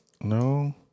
No